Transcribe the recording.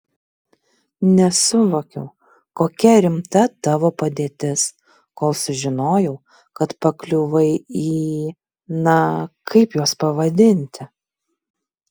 nesuvokiau kokia rimta tavo padėtis kol sužinojau kad pakliuvai į na kaip juos pavadinti